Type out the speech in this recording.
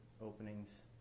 openings